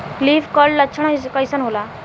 Leaf curl लक्षण कइसन होला?